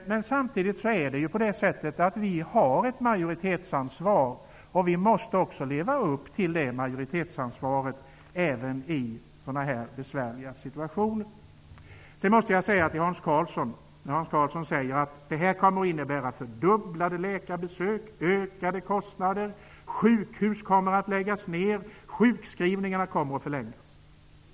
Men vi har samtidigt ett majoritetsansvar, som vi måste leva upp till även i en sådan här besvärlig situation. Hans Karlsson säger att detta kommer att innebära att antalet läkarbesök fördubblas, att kostnaderna ökar, att sjukhus läggs ned och att sjukskrivningarna förlängs.